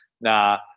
Nah